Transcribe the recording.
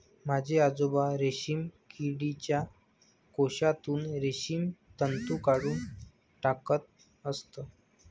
माझे आजोबा रेशीम किडीच्या कोशातून रेशीम तंतू काढून टाकत असत